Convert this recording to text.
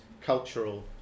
cultural